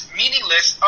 meaningless